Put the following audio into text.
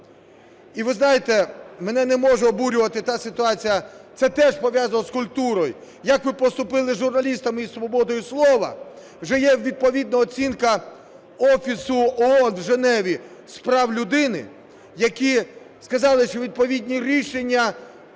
І ви знаєте, мене не може обурювати та ситуація, це теж пов'язано з культурою, як ви поступили із журналістами і з свободою слова. Вже є відповідна оцінка Офісу ООН в Женеві з прав людини, які сказали, що відповідні рішення